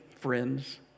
friends